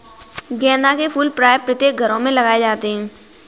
गेंदा के फूल प्रायः प्रत्येक घरों में लगाए जाते हैं